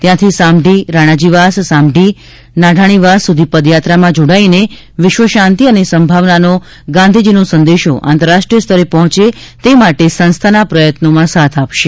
ત્યાંથી સામઢી રાણાજીવાસ સામઢી નાઢાણી વાસ સુધી પદયાત્રામાં જોડાઈને વિશ્વશાંતિ અને સમભાવનો ગાંધીજીનો સંદેશો આંતરરાષ્ટ્રીય સ્તરે પહોંચે તે માટે સંસ્થાના પ્રયત્નોમાં સાથ આપશે